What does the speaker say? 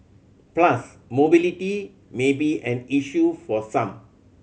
plus mobility may be an issue for some